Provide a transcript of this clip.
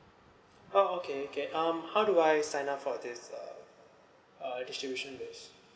oh okay okay um how do I sign up for this uh uh distribution base